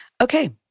Okay